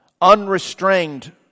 unrestrained